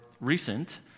recent